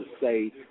say